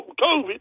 COVID